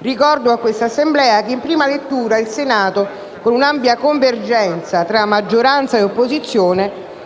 Ricordo a quest'Assemblea che in prima lettura il Senato, con un'ampia convergenza tra maggioranza e opposizione,